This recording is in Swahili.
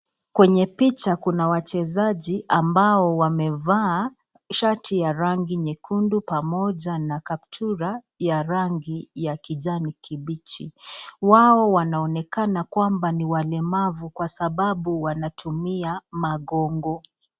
Kwenye picha kuna wachezaji ambao wamevaa shati ya rangi nyekundu pamoja na kaptura ya rangi ya kijani kibichi, wao wanaonekana kwamba hao ni walemavu kwa sababu wanatumia magongo.